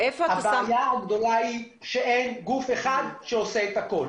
הבעיה הגדולה היא שאין גוף אחד שעושה את הכול,